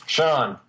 Sean